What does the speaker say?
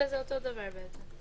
חוץ מזה זה אותו הדבר, בעצם.